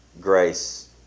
grace